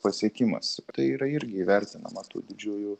pasiekimas tai yra irgi įvertinama tų didžiųjų